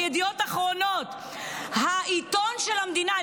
בידיעות אחרונות, העיתון של המדינה.